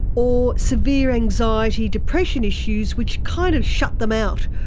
or severe anxiety, depression issues which kind of shut them out.